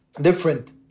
different